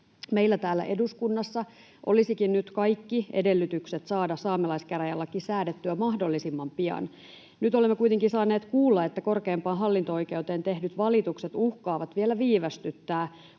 Meillä täällä eduskunnassa olisikin nyt kaikki edellytykset saada saamelaiskäräjälaki säädettyä mahdollisimman pian. Nyt olemme kuitenkin saaneet kuulla, että korkeimpaan hallinto-oikeuteen tehdyt valitukset uhkaavat vielä viivästyttää